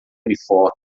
uniformes